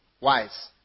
wise